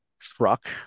truck